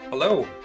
Hello